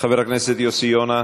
חבר הכנסת יוסי יונה,